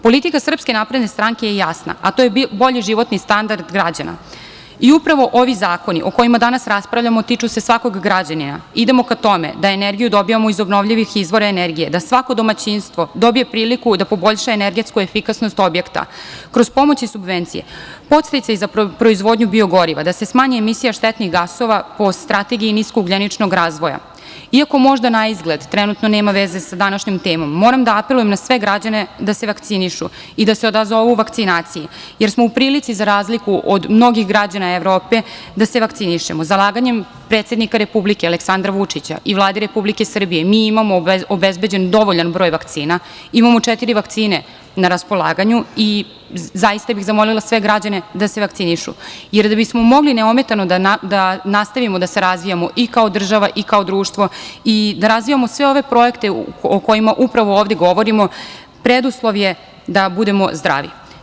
Politika SNS je jasna, a to je bolji životni standard građana, i upravo ovi zakoni o kojima danas raspravljamo tiču se svakog građanina i idemo ka tome da energiju dobijamo iz obnovljivih izvora energije i da svako domaćinstvo dobije priliku da poboljša energetsku efikasnost objekta, kroz pomoć i subvencije, podsticaj za proizvodnju biogoriva da se smanji emisija štetnih gasova po strategiji niskog ugljeničnog razvoja, iako možda na izgled trenutno nema veze sa današnjom temom, moram da apelujem na sve građane da se vakcinišu i da se odazovu vakcinaciji, jer smo u prilici za razliku od mnogih građana Evrope da se vakcinišemo, zalaganjem predsednika Republike Aleksandra Vučića, i Vlade Republike Srbije, mi imamo obezbeđen dovoljan broj vakcina, imamo četiri vakcine, na raspolaganju i zaista bih zamolila sve građane da se vakcinišu, jer da bismo mogli neometano da nastavimo da se razvijamo i kao država i kao društvo, i da razvijamo sve ove projekte o kojima upravo ovde govorimo, preduslov je da budemo zdravi.